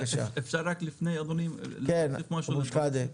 כן, אבו שחאדה.